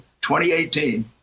2018